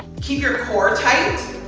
keep your core tight.